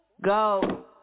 Go